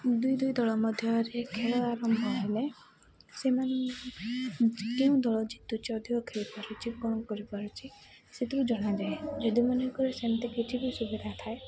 ଦୁଇ ଦୁଇ ଦଳ ମଧ୍ୟରେ ଖେଳ ଆରମ୍ଭ ହୁଏ ସେମାନଙ୍କୁ କେଉଁ ଦଳ ଜିତୁଛି ଅଧିକ ଖେଳିପାରୁଛି କଣ କରିପାରୁଛି ସେଥିରୁ ଜଣାଯାଏ ଯଦି ମନେକର ସେମିତି କିଛି ବି ସୁବିଧା ଥାଏ